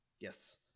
Yes